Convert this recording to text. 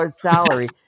salary